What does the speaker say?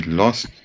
lost